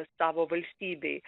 savo valstybei